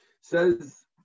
Says